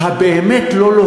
באמת.